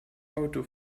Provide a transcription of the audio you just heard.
auto